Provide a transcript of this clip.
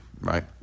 right